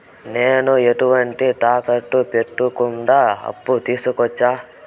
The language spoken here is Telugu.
నేను ఎటువంటి తాకట్టు పెట్టకుండా అప్పు తీసుకోవచ్చా?